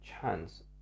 chance